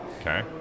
okay